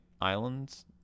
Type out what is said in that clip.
islands